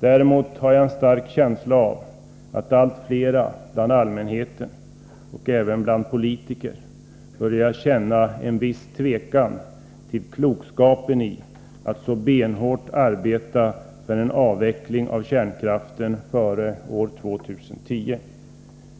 Däremot har jag en stark känsla av att allt flera — oberoende av om de är politiker eller inte — börjar känna en viss tvekan till klokskapen i att så benhårt arbeta för en avveckling av kärnkraften före år 2010.